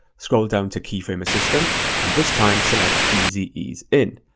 scroll down to keyframe assistant, and this time select easy ease in.